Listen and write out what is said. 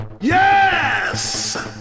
yes